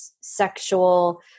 sexual